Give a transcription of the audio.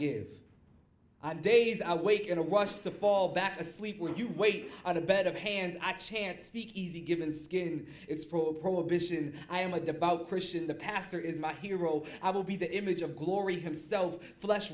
give days i wake in a rush to fall back asleep when you wait on a bed of hands i chant speak easy given skin it's pro prohibition i am a devout christian the pastor is my hero i will be the image of glory himself flesh